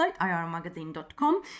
irmagazine.com